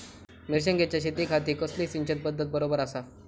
मिर्षागेंच्या शेतीखाती कसली सिंचन पध्दत बरोबर आसा?